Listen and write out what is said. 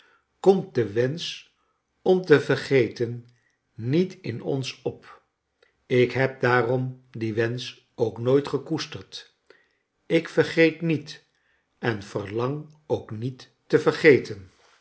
komt de wensch om te vergeten niet in ons op ik heb daarom dien wensch ook nooit gekoesterd ik vergeet niet en verlang ook niet te vergeten